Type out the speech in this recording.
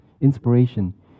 inspiration